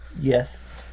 Yes